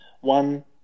one